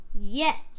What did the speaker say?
Yes